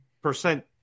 percent